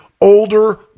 older